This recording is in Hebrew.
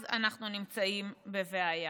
אז אנחנו נמצאים בבעיה.